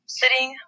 sitting